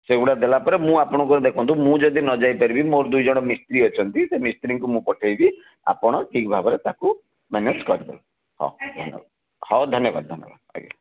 ସେ ଗୁଡ଼ା ଦେଲା ପରେ ମୁଁ ଆପଣଙ୍କର ଦେଖନ୍ତୁ ମୁଁ ଯଦି ନ ଯାଇପାରିବି ମୋର ଦୁଇଜଣ ମିସ୍ତ୍ରୀ ଅଛନ୍ତି ସେ ମିସ୍ତ୍ରୀଙ୍କୁ ମୁଁ ପଠାଇବି ଆପଣ ଠିକ୍ ଭାବରେ ତାକୁ ମ୍ୟାନେଜ୍ କରିବେ ହେଉ ହେଉ ଧନ୍ୟବାଦ ଧନ୍ୟବାଦ